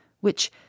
which—